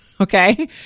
okay